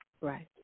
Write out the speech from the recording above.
Right